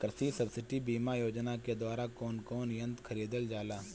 कृषि सब्सिडी बीमा योजना के द्वारा कौन कौन यंत्र खरीदल जाला?